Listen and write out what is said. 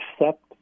accept